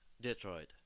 Detroit